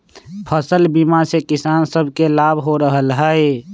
फसल बीमा से किसान सभके लाभ हो रहल हइ